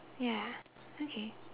ya okay